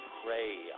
pray